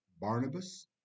Barnabas